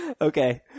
Okay